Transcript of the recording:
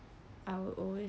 I will always